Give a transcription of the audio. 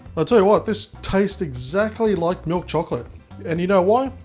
i'll to you what this tastes exactly like milk chocolate and you know why?